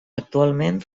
actualment